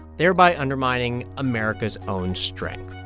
thereby undermining america's own strength